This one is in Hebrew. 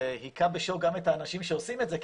זה היכה בשוק גם את האנשים שעושים את זה,